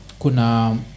Kuna